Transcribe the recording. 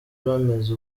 bameze